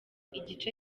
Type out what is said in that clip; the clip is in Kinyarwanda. igice